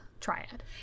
triad